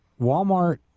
Walmart